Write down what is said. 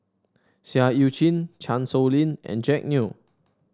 Seah Eu Chin Chan Sow Lin and Jack Neo